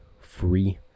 free